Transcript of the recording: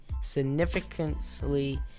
significantly